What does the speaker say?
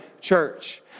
church